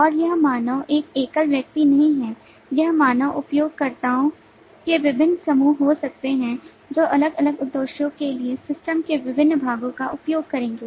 और यह मानव एक एकल व्यक्ति नहीं है यह मानव उपयोगकर्ताओं के विभिन्न समूह हो सकते हैं जो अलग अलग उद्देश्यों के लिए सिस्टम के विभिन्न भागों का उपयोग करेंगे